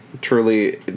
truly